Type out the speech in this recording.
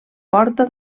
porta